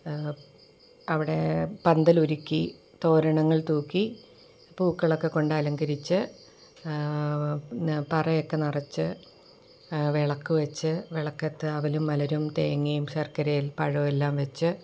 അവിടെ പന്തൽ ഒരുക്കി തോരണങ്ങൾ തൂക്കി പൂക്കളൊക്കെ കൊണ്ട് അലങ്കരിച്ച് പറയൊക്കെ നിറച്ച് വിളക്ക് വെച്ച് വിളക്കത്ത് അവലും മലരും തേങ്ങയും ശർക്കരയും പഴം എല്ലാം വെച്ച്